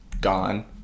gone